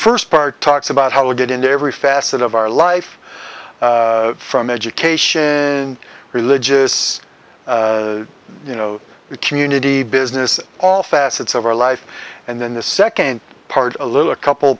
part talks about how we get into every facet of our life from education and religious you know community business all facets of our life and then the second part a little a couple